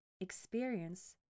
experience